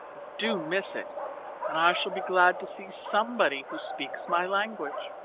do miss it and i shall be glad to see somebody who speaks my language.